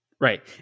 Right